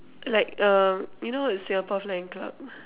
like um you know what is Singapore-flying-club